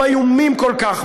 הם איומים כל כך,